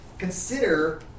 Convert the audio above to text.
Consider